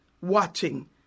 watching